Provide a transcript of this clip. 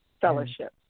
fellowship